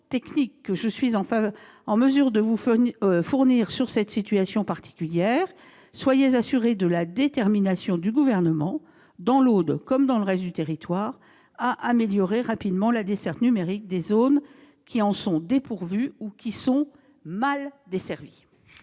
que je suis en mesure de vous fournir sur cette situation particulière. Soyez assurée de la détermination du Gouvernement, dans l'Aude comme sur le reste du territoire, à améliorer rapidement la desserte numérique des zones qui en sont dépourvues ou sont mal desservies.